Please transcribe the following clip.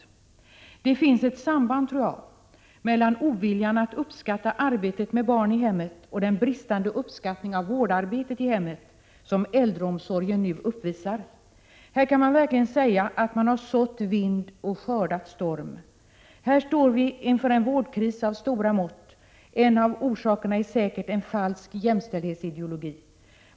Jag tror att det finns ett samband mellan oviljan att uppskatta arbetet med barnen i hemmet och en bristande uppskattning av vårdarbetet i hemmet inom äldreomsorgen. Här kan man verkligen säga att man har sått vind och skördat storm. Här står vi inför en vårdkris av stora mått. En av orsakerna är säkert en falsk jämställdhetsideologi.